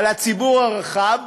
על הציבור הרחב,